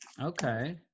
Okay